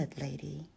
Lady